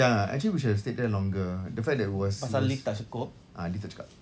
ya actually we should have stayed there longer the fact that it was was ah lift tak cukup